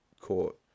court